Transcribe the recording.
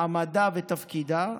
מעמדה ותפקידה,